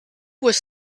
was